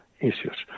issues